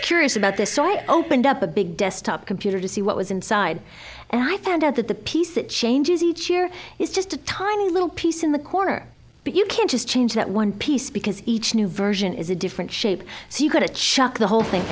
curious about this so i opened up a big desktop computer to see what was inside and i found out that the piece that changes each year is just a tiny little piece in the corner but you can't just change that one piece because each new version is a different shape so you couldn't shut the whole thing